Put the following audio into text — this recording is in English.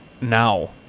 now